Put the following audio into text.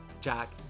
Jack